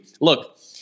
Look